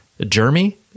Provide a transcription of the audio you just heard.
Jeremy